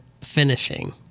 finishing